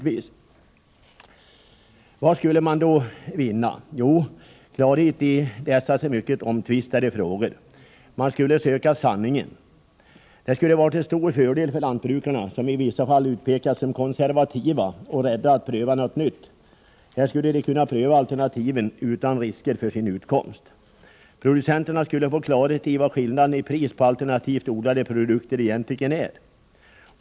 Vad skulle man då vinna? Jo, man skulle vinna klarhet i dessa så omtvistade frågor. Vi söker sanningen. Detta skulle vara till stor fördel för lantbrukarna, som i vissa fall utpekas som konservativa och rädda att pröva något nytt. Här skulle de kunna pröva alternativen utan risker för sin utkomst. Producenterna skulle få klarhet i hur stor skillnaden i pris på alternativt odlade produkter egentligen är.